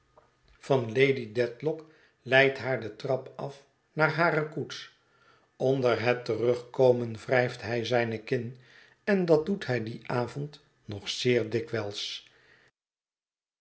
van lady dedlock leidt haar de trap af naar hare koets onder het terugkomen wrijft hij zijne kin en dat doet hij dien avond nog zeer dikwijls